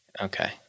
Okay